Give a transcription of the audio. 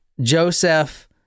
Joseph